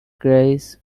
grace